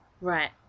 Right